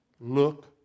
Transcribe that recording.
Look